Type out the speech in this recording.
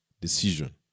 decision